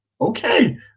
okay